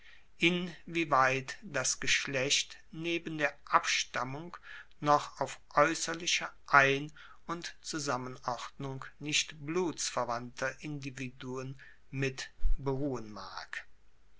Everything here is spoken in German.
in wie weit das geschlecht neben der abstammung noch auf aeusserlicher ein und zusammenordnung nicht blutsverwandter individuen mit beruhen mag